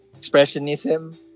expressionism